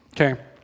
okay